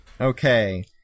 Okay